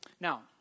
Now